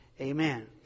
amen